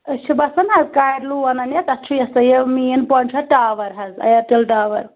أسۍ چھِ بَسان حظ کارِلوٗ وَنان یَتھ تَتھ چھُ یہِ ہسا یہِ مین پویِنٛٹ چھُ اَتھ ٹاوَر حظ ایرٹل ٹاوَر